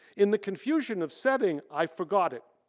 in the confusion of setting, i forgot it.